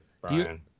Brian